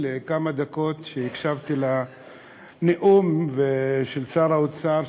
לכמה דקות שהקשבתי לנאום של שר האוצר,